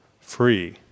free